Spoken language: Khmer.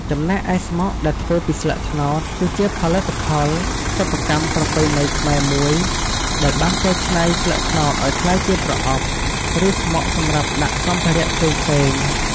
ចំណែកឯស្មុកដែលធ្វើពីស្លឹកត្នោត គឺជាផលិតផលសិប្បកម្មប្រពៃណីខ្មែរមួយ ដែលបានកែច្នៃស្លឹកត្នោតឲ្យក្លាយជាប្រអប់ ឬស្មុកសម្រាប់ដាក់សម្ភារៈផ្សេងៗ។